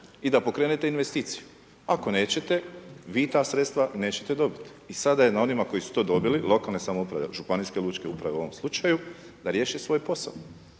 i da pokrenete investiciju. Ako nećete, vi ta sredstva nećete dobiti. I sada je na onima koji su to dobili, lokalne samouprave, županijske lučke uprave, u ovom slučaju, da riješe svoj posao.